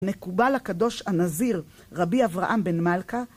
מקובל הקדוש הנזיר, רבי אברהם בן מלכה